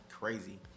crazy